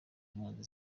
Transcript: impunzi